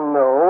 no